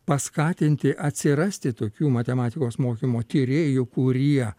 paskatinti atsirasti tokių matematikos mokymo tyrėjų kurie